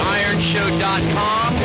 ironshow.com